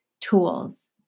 tools